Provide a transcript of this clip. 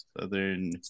Southern